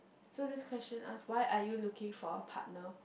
so this question ask why are you looking for a partner